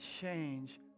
change